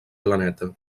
planeta